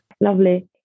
Lovely